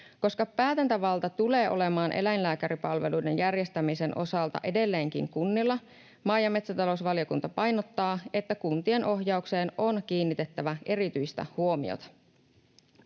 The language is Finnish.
Koska päätäntävalta tulee olemaan eläinlääkäripalveluiden järjestämisen osalta edelleenkin kunnilla, maa- ja metsätalousvaliokunta painottaa, että kuntien ohjaukseen on kiinnitettävä erityistä huomiota.